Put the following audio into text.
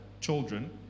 children